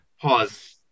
Pause